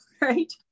right